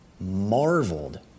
marveled